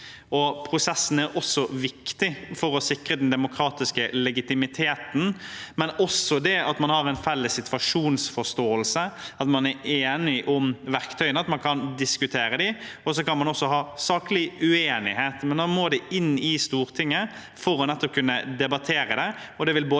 Prosessen er viktig for å sikre den demokratiske legitimiteten, men også for å ha en felles situasjonsforståelse, at man er enige om verktøyene og kan diskutere dem. Så kan man også ha saklig uenighet, men da må det inn i Stortinget for å kunne debattere det.